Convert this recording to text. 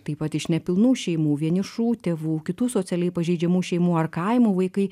taip pat iš nepilnų šeimų vienišų tėvų kitų socialiai pažeidžiamų šeimų ar kaimų vaikai